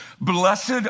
Blessed